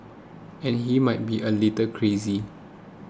and he might be a little crazy